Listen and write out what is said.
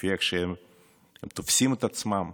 לפי איך שהם תופסים את עצמם.